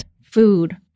food